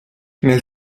nel